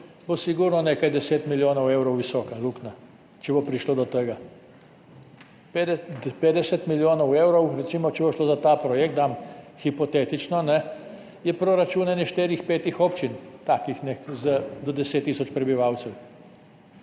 bo sigurno nekaj 10 milijonov evrov visoka luknja, če bo prišlo do tega. 50 milijonov evrov, recimo, če bo šlo za ta projekt, dam hipotetično, je proračun kakšnih štirih, petih občin, takih z do 10 tisoč prebivalcev.